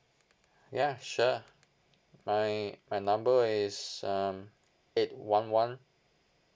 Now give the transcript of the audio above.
ya sure my my number is um eight one one